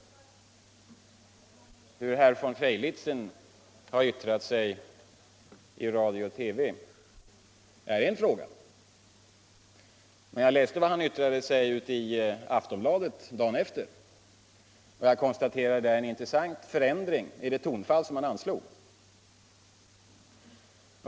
Hur herr von Feilitzen har yttrat sig i radio och TV är en fråga. Men Jag läste vad han yttrade i Aftonbladet dagen efter, och jag konstaterar där en intressant förändring i det tonfall han anslog.